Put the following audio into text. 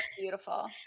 beautiful